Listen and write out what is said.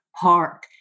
Park